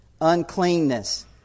uncleanness